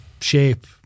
shape